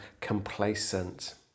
complacent